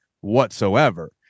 whatsoever